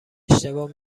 اشتباه